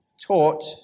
taught